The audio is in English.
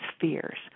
fears